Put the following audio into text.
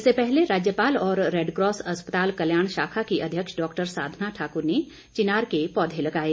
इससे पहले राज्यपाल और रैडक्रॉस अस्पताल कल्याण शाखा की अध्यक्ष डॉक्टर साधना ठाकुर ने चिनार के पौधे लगाए